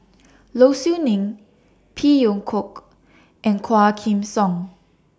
Low Siew Nghee Phey Yew Kok and Quah Kim Song